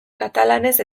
katalanez